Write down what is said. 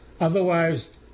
Otherwise